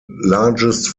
largest